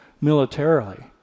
militarily